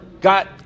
got